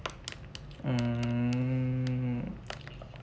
um